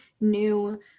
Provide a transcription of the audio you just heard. new